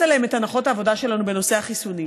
עליהם את הנחות העבודה שלנו בנושא החיסונים.